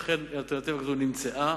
אכן האלטרנטיבה כבר נמצאה,